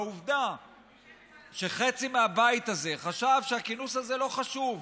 העובדה שחצי מהבית הזה חשב שהכינוס הזה לא חשוב,